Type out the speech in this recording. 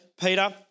Peter